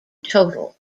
total